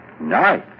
Nice